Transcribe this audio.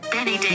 Benny